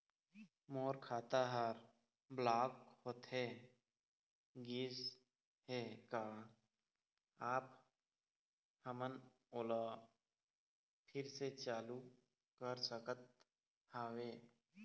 मोर खाता हर ब्लॉक होथे गिस हे, का आप हमन ओला फिर से चालू कर सकत हावे?